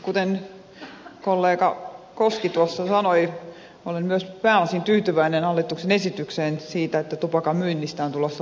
kuten kollega koski olen myös pääosin tyytyväinen hallituksen esitykseen siitä että tupakan myynnistä on tulossa luvanvaraista